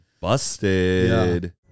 Busted